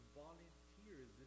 volunteers